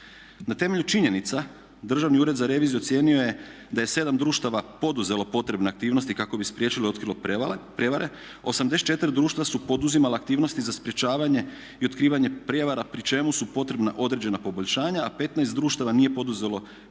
Na temelju činjenica Državni ured za reviziju ocijenio je da je 7 društava poduzelo potrebne aktivnosti kako bi spriječilo i otkrilo prevare, 84 društva su poduzimala aktivnosti za sprječavanje i otkrivanje prijevara pri čemu su potrebna određena poboljšanja, a 15 društava nije poduzelo potrebne